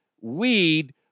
weed